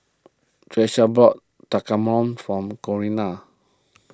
Tiesha bought Tekkadon from Corinna